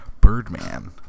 Birdman